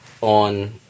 on